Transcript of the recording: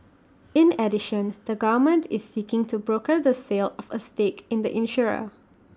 in addition the government is seeking to broker the sale of A stake in the insurer